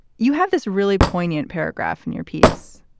you have this really poignant paragraph in your piece.